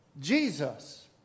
Jesus